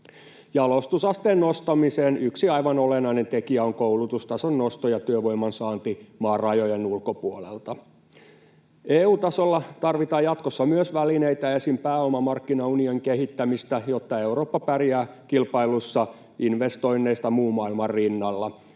Jalostusasteen nostamisen yksi aivan olennainen tekijä on koulutustason nosto ja työvoiman saanti maan rajojen ulkopuolelta. Myös EU-tasolla tarvitaan jatkossa välineitä, esim. pääomamarkkinaunionin kehittämistä, jotta Eurooppa pärjää kilpailussa investoinneista muun maailman rinnalla,